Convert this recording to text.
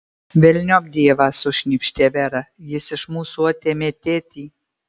velniop dievą sušnypštė vera jis iš mūsų atėmė tėtį